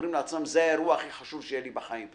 אומרים לעצמם: זה האירוע הכי חשוב שיהיה לי בחיים.